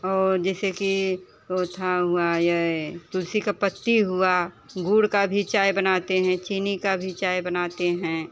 और जैसे कि ओ था हुआ ये तुलसी का पत्ती हुआ गुड़ का भी चाय बनाते हैं चीनी का भी चाय बनाते हैं